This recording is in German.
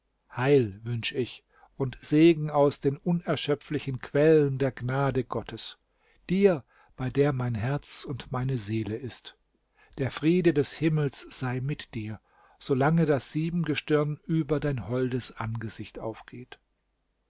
heil wünsch ich und segen aus den unerschöpflichen quellen der gnade gottes dir bei der mein herz und meine seele ist der friede des himmels sei mit dir so lange das siebengestirn über dein holdes angesicht aufgeht